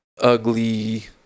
ugly